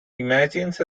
imagines